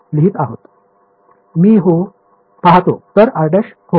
मी हो पाहतो तर r' होय